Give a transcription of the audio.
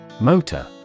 Motor